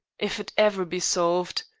if it ever be solved.